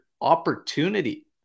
opportunity